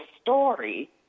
story